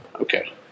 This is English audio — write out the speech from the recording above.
Okay